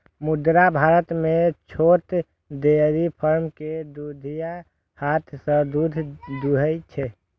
मुदा भारत मे छोट डेयरी फार्म मे दुधिया हाथ सं दूध दुहै छै